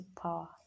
power